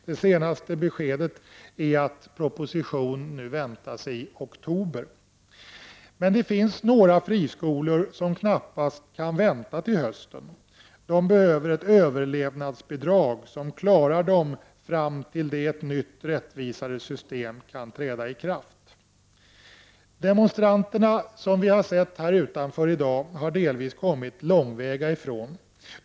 Det senaste beskedet är att proposition väntas i oktober. Det finns emellertid ett par friskolor som knappast kan vänta till hösten. De behöver ett överlevnadsbidrag som gör att de klarar sig fram till det att ett nytt och rättvisare system kan träda i kraft. Demonstranterna som vi har sett utanför riksdagshuset i dag har delvis kommit långväga ifrån.